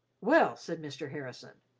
well, said mr. harrison,